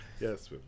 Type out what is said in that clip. yes